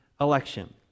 election